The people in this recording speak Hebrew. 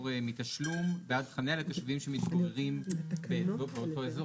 מתשלום בעד חניה לתושבים שמתגוררים באותו אזור,